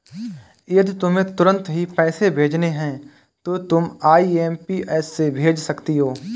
यदि तुम्हें तुरंत ही पैसे भेजने हैं तो तुम आई.एम.पी.एस से भेज सकती हो